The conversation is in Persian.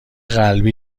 قلبی